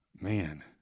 man